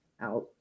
out